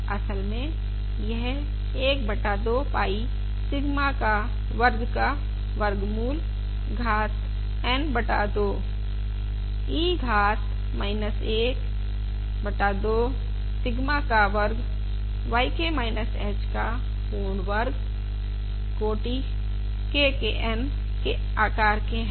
असल में यह 1 बटा 2 पाई सिग्मा का वर्ग का वर्गमूल घात N बटा 2 e घात 1 2 सिग्मा का वर्ग समेशन K बराबर 1 से N yK h का पूर्ण वर्ग है